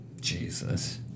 Jesus